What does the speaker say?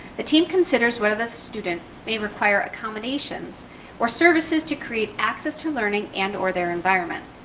the team consists whether the student may require accommodations or services to create access to learning and or their environment,